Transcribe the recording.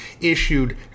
issued